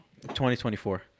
2024